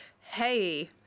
hey